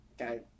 Okay